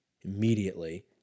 immediately